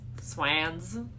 Swans